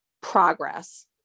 progress